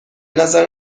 نظر